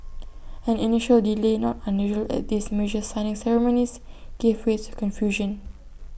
an initial delay not unusual at these major signing ceremonies gave way to confusion